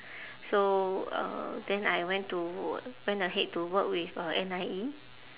so uh then I went to went ahead to work with uh N_I_E